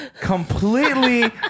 completely